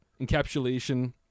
encapsulation